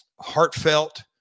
heartfelt